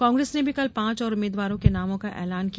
कांग्रेस ने भी कल पांच और उम्मीद्वारों के नामों का ऐलान किया